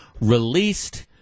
released